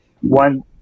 one